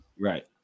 right